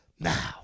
Now